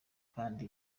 kandi